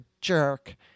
jerk